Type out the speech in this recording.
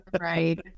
Right